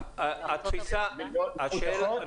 יש לי שאלה.